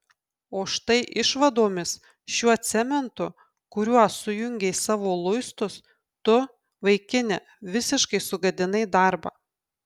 o štai išvadomis šiuo cementu kuriuo sujungei savo luistus tu vaikine visiškai sugadinai darbą